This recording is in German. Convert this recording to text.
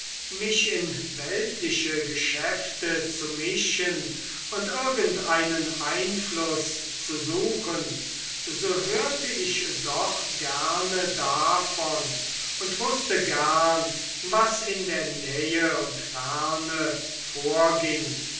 mich in weltliche geschäfte zu mischen und irgendeinen einfluß zu suchen so hörte ich doch gerne davon und wußte gern was in der nähe und ferne vorging